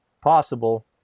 Possible